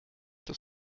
des